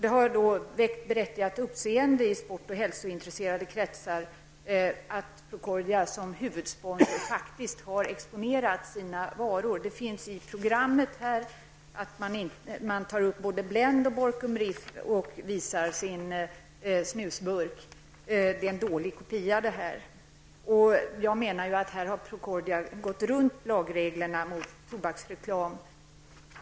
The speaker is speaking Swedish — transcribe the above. Det har väckt berättigat uppseende i sport och hälsointresserade kretsar att Procordia som huvudsponsor faktiskt har exponerat sina varor. I programmet tar man upp både Blend och Borkum Riff och visar sin snusburk. Det som jag här håller upp är en dålig kopia av programmet. Jag menar att Procordia här har gått runt lagreglerna om tobaksreklam.